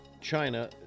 China